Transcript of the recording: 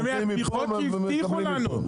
ומהתמיכות שהבטיחו לנו.